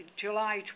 July